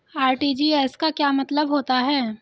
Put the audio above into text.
RTGS का क्या मतलब होता है?